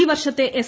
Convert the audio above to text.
ഈ വർഷത്തെ എസ്